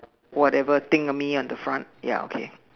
whatever thing on me on the front ya okay